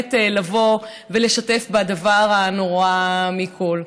ובאמת לבוא ולשתף בדבר הנורא מכול?